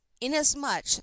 inasmuch